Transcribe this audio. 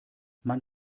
man